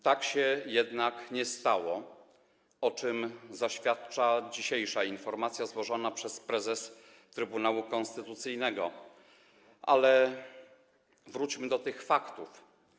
Tak się jednak nie stało, o czym zaświadcza dzisiejsza informacja złożona przez prezes Trybunału Konstytucyjnego, ale wróćmy do faktów.